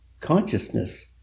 consciousness